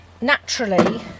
naturally